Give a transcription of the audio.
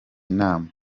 nama